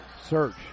search